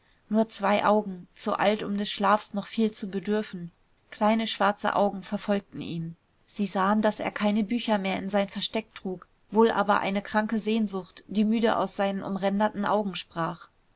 nur zwei augen zu alt um des schlafs noch viel zu bedürfen kleine schwarze augen verfolgten ihn sie sahen daß er keine bücher mehr in sein versteck trug wohl aber eine kranke sehnsucht die müde aus seinen umränderten augen sprach